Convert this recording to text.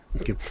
Okay